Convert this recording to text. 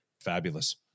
Fabulous